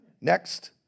Next